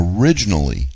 originally